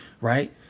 right